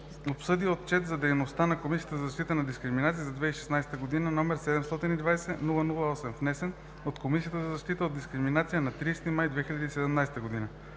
обсъди Отчет за дейността на Комисията за защита от дискриминация за 2016 г., № 720-00-8, внесен от Комисията за защита от дискриминация на 30 май 2017 г.